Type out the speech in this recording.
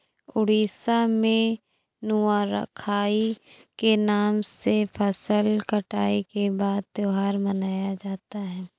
उड़ीसा में नुआखाई के नाम से फसल कटाई के बाद त्योहार मनाया जाता है